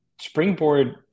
springboard